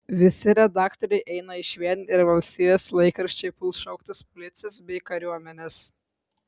visi redaktoriai eina išvien ir valstijos laikraščiai puls šauktis policijos bei kariuomenės